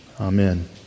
amen